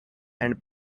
and